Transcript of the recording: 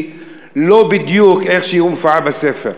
היא לא בדיוק כמו שהיא מופיעה בספר.